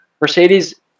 mercedes